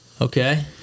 Okay